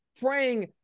praying